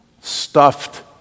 stuffed